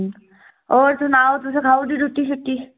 होर सनाओ तुस खाई ओड़ी रूटी शुट्टी